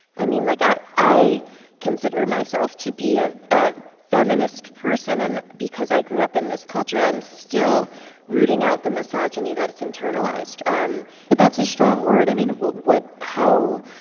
i mean, like, i i consider myself to be ah a feminist person. and because i grew up in this culture, i'm still rooting out the misogyny that it's internalized um but that's a strong word. i mean, what how